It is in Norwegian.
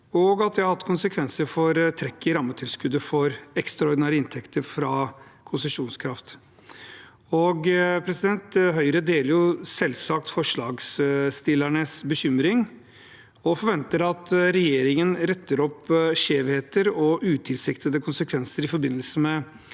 og Stortinget har hatt konsekvenser for trekket i rammetilskuddet for ekstraordinære inntekter fra konsesjonskraft. Høyre deler selvsagt forslagsstillernes bekymring og forventer at regjeringen retter opp skjevheter og utilsiktede konsekvenser i forbindelse med